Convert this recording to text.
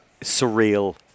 surreal